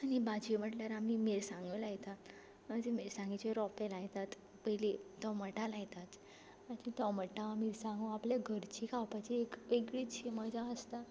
आनी भाजयो म्हटल्यार आमी मिरसांग्यो लायतात जे मिरसांगेचे रोंपे लायतात पयलीं तोमांटां लायतात आनी तोमाटां मिरसांगो आपले घरचीं खावपाची एक वेगळितशी मजा आसता